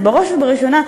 ובראש ובראשונה,